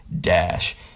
dash